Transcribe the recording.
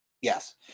Yes